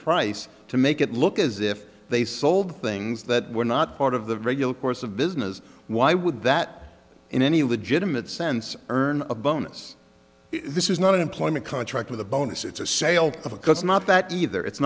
price to make it look as if they sold things that were not part of the regular course of business why would that in any legitimate sense earn a bonus this is not an employment contract with a bonus it's a sale of a cause not that either it's